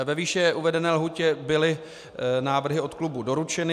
Ve výše uvedené lhůtě byly návrhy od klubů doručeny.